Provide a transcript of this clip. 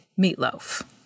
meatloaf